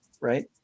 right